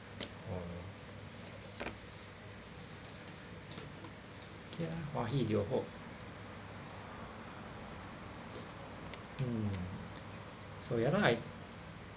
hmm